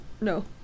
No